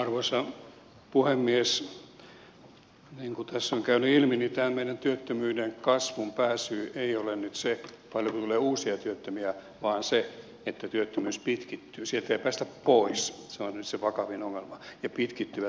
niin kuin tässä on käynyt ilmi tämä meidän työttömyyden kasvun pääsyy ei ole nyt se paljonko tulee uusia työttömiä vaan se että työttömyys pitkittyy sieltä ei päästä pois se on nyt se vakavin ongelma ja pitkittyvä työttömyys kasvaa